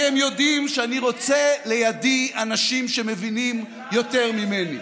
כי הם יודעים שאני רוצה לידי אנשים שמבינים יותר ממני.